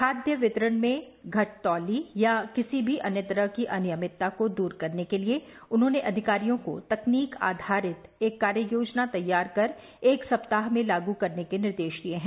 खाद्यान्न वितरण में घटतौली या अन्य किसी भी तरह की अनियमितता को दूर करने के लिए उन्होंने अधिकारियों को तकनीक आधारित एक कार्ययोजना तैयार कर एक सप्ताह में लागू करने के निर्देश दिए हैं